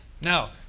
Now